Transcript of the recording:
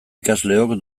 ikasleok